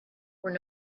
were